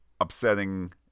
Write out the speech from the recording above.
upsetting